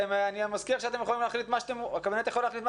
אני מזכיר לכם שהקבינט יכול להחליט מה